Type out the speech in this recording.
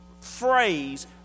phrase